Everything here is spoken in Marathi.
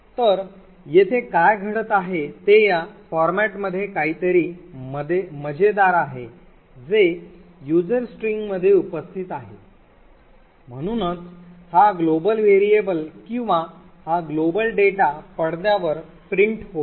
तर येथे काय घडत आहे ते या फॉर्मेटमध्ये काहीतरी मजेदार आहे जे user string मध्ये उपस्थित आहे म्हणूनच हा ग्लोबल व्हेरिएबल किंवा हा ग्लोबल डेटा पडद्यावर प्रिंट होईल